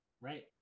Right